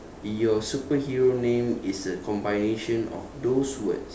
your superhero name is the combination of those words